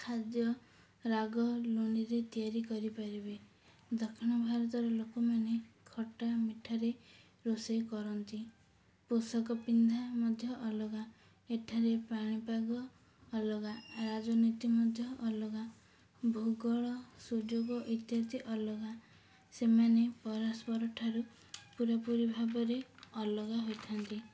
ଖାଦ୍ୟ ରାଗ ଲୁଣିରେ ତିଆରି କରିପାରିବେ ଦକ୍ଷିଣ ଭାରତର ଲୋକମାନେ ଖଟା ମିଠାରେ ରୋଷେଇ କରନ୍ତି ପୋଷାକ ପିନ୍ଧା ମଧ୍ୟ ଅଲଗା ଏଠାରେ ପାଣିପାଗ ଅଲଗା ରାଜନୀତି ମଧ୍ୟ ଅଲଗା ଭୂଗୋଳ ସୁଯୋଗ ଇତ୍ୟାଦି ଅଲଗା ସେମାନେ ପରସ୍ପରଠାରୁ ପୁରାପୁରି ଭାବରେ ଅଲଗା ହୋଇଥାନ୍ତି